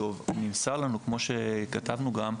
שוב כמו שגם כתבנו,